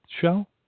shell